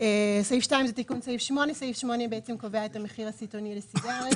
סעיף 2 זה תיקון סעיף 8. סעיף 8 קובע את המחיר הסיטונאי לסיגריות,